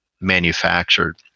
manufactured